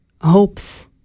hopes